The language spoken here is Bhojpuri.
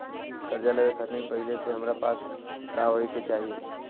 कर्जा लेवे खातिर पहिले से हमरा पास का होए के चाही?